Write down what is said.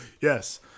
Yes